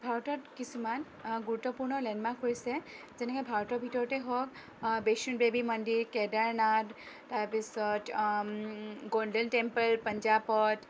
ভাৰতৰ কিছুমান গুৰুত্বপূৰ্ণ লেণ্ডমাৰ্ক হৈছে যেনেকে ভাৰতৰ ভিতৰতে হওঁক বৈষ্ণুদেৱী মন্দিৰ কেদাৰনাথ তাৰ পিছত গ'ল্ডেন টেম্পুল পাঞ্জাৱত